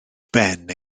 ben